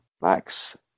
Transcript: Max